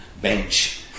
bench